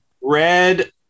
red